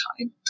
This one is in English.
time